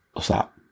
stop